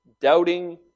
doubting